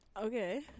okay